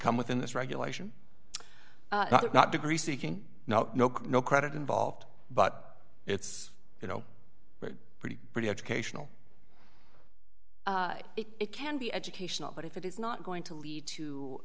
come within this regulation but not degree so you can now no credit involved but it's you know pretty pretty educational it can be educational but if it is not going to lead to